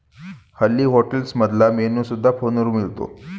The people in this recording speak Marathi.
हल्ली हॉटेल्समधला मेन्यू सुद्धा फोनवर मिळतो